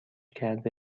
کرده